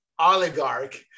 Oligarch